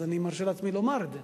אז אני מרשה לעצמי לומר את זה,